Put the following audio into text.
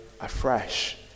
afresh